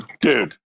Dude